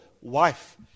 wife